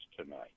tonight